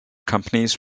companies